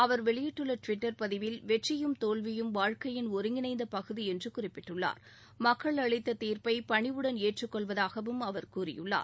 அவர் வெளியிட்டுள்ள டுவிட்டர் பதிவில் வெற்றியும் தோல்வியும் வாழ்க்கையின் ஒருங்கிணைந்த பகுதி என்று குறிப்பிட்டுள்ளார் மக்கள் அளித்த தீர்ப்பை பணிவுடன் ஏற்றுக் கொள்வதாகவும் அவர் கூறியுள்ளார்